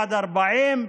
עד 40,